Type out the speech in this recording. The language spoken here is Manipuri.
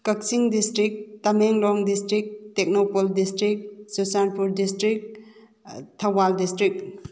Kakching district Tamenglong district Tengnoupal district Churachandpur district Thoubal district